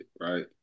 right